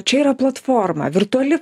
čia yra platforma virtuali